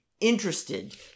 interested